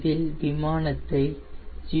இதில் விமானத்தை 0